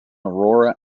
aurora